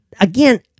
again